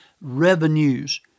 revenues